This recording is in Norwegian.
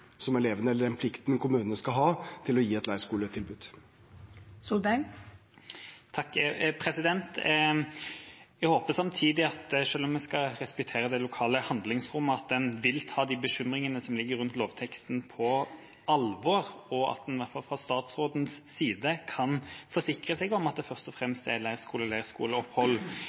til elevene, men vi mener at skolene skal ha et lokalt handlingsrom i valg av hva slags turer man ønsker, ut fra den plikten kommunene skal ha til å gi et leirskoletilbud. Jeg håper at en samtidig – selv om vi skal respektere det lokale handlingsrommet – vil ta bekymringene rundt lovteksten på alvor, og at en i hvert fall fra statsrådens side kan forsikre om at det først